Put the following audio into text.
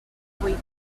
buit